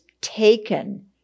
taken